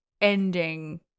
ending